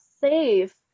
safe